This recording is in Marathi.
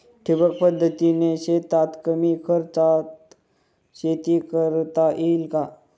ठिबक पद्धतीने शेतात कमी खर्चात शेती करता येईल का?